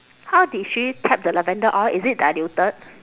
how did she tap the lavender oil is it diluted